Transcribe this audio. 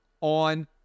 on